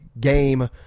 game